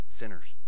sinners